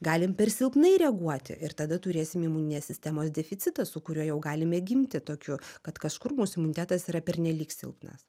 galim per silpnai reaguoti ir tada turėsim imuninės sistemos deficitą su kuriuo jau galime gimti tokiu kad kažkur mūsų imunitetas yra pernelyg silpnas